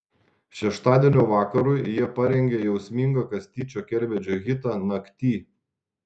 šeštadienio vakarui jie parengė jausmingą kastyčio kerbedžio hitą nakty